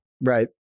Right